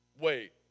Wait